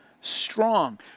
strong